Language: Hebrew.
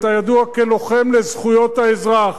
אתה ידוע כלוחם לזכויות האזרח,